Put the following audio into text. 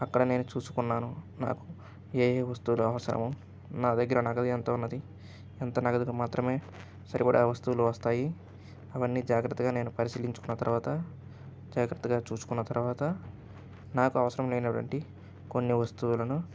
అక్కడ నేను చూసుకున్నాను నాకు ఏ ఏ వస్తువులు అవసరము నా దగ్గర నగదు ఎంత ఉన్నది ఎంత నగదుకి మాత్రమే సరిపడ వస్తువులు వస్తాయి అవన్నీ జాగ్రత్తగా నేను పరిశీలించుకున్న తర్వాత జాగ్రత్తగా చూసుకున్న తర్వాత నాకు అవసరం లేననటువంటి కొన్ని వస్తువులను